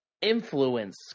influence